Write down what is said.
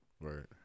Right